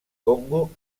congo